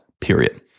period